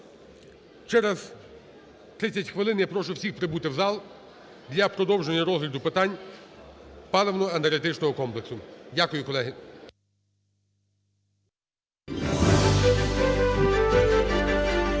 Через 30 хвилин я прошу всіх прибути в зал для продовження розгляду питань паливно-енергетичного комплексу. Дякую, колеги.